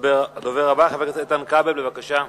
הדובר הבא, חבר הכנסת איתן כבל, בבקשה.